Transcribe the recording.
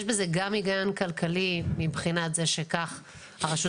יש בזה גם היגיון כלכלי מבחינת זה שכך הרשות